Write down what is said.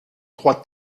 trois